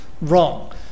wrong